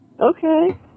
Okay